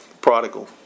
prodigal